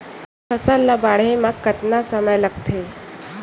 फसल ला बाढ़े मा कतना समय लगथे?